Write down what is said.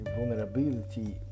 vulnerability